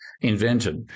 invented